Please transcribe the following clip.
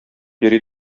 йөри